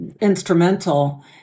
instrumental